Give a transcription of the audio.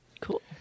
Cool